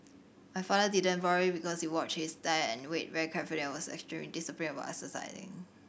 my father didn't very because he watched his diet and weight very carefully and was extremely disciplined about exercising